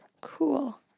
cool